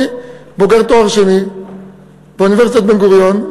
אני בוגר תואר שני באוניברסיטת בן-גוריון,